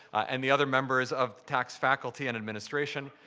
and the other members of the tax faculty and administration,